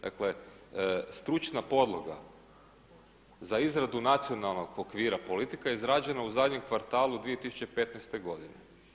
Dakle, stručna podloga za izradu nacionalnog okvira politika izrađena je u zadnjem kvartalu 2015. godine.